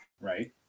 Right